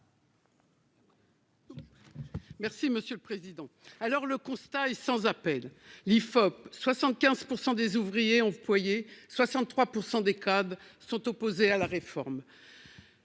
Merci monsieur le président. Alors, le constat est sans appel, l'IFOP, 75% des ouvriers employés 63% des quads sont opposés à la réforme.